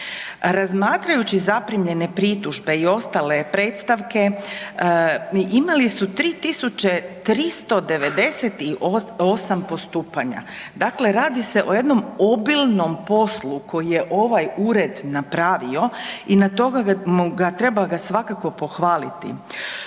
Razmatrajući zaprimljene pritužbe i ostale predstavke imali su 3398 postupanja, dakle radi se o jednom obilnom poslu koji je ovaj ured napravio i za to treba ga svakako pohvaliti.